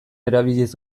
erabiliz